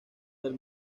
del